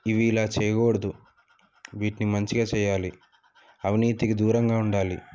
ఇవి ఇలా చేయకూడదు వీటిని మంచిగా చెయ్యాలి అవినీతికి దూరంగా ఉండాలి